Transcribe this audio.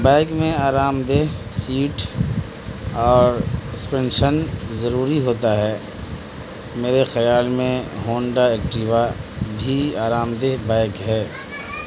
bike میں آرام دہ سیٹ اورسسپینشن ضروری ہوتا ہے میرے خیال میں ہنڈا ایکٹیوا بھی آرام دہ بائک ہے